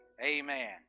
Amen